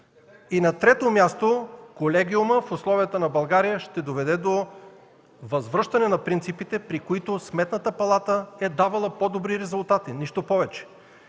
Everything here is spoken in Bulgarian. на трето място, колегиумът в условията на България ще доведе до възвръщане на принципите, при които Сметната палата е давала по-добри резултати. Нищо повече!